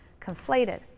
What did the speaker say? conflated